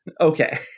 Okay